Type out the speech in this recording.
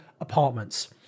apartments